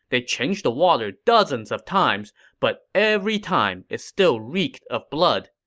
they changed the water dozens of times, but every time, it still reeked of blood.